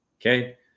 okay